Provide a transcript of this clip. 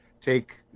take